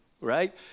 right